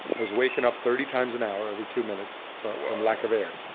i was waking up thirty times an hour, every two minutes with lack of air.